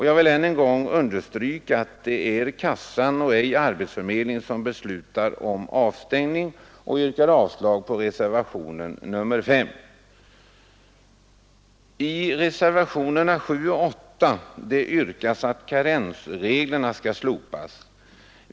Jag vill än en gång understryka att det är kassan och inte arbetsförmedlingen som beslutar om avstängning, och jag yrkar avslag på reservationen 5. I reservationerna 7 och 8 yrkas att karensreglerna skall slopas.